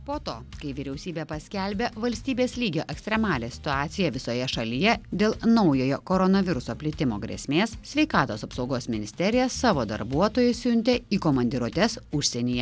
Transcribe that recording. po to kai vyriausybė paskelbė valstybės lygio ekstremalią situaciją visoje šalyje dėl naujojo koronaviruso plitimo grėsmės sveikatos apsaugos ministerija savo darbuotojus siuntė į komandiruotes užsienyje